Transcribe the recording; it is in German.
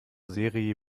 seri